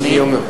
אדוני.